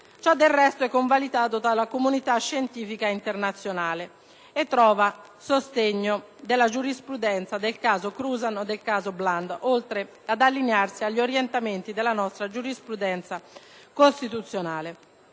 Ciò del resto è convalidato dalla comunità scientifica internazionale e trova il sostegno della giurisprudenza del caso Cruzan e nel caso Bland, oltre ad allinearsi agli orientamenti della nostra giurisprudenza costituzionale;